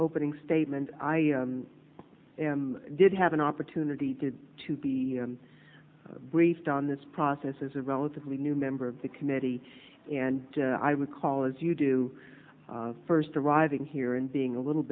opening statement i did have an opportunity to to be briefed on this process as a relatively new member of the committee and i recall as you do first arriving here and being a little